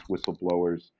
whistleblowers